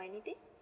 anything